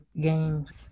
games